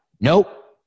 Nope